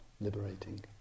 liberating